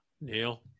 Neil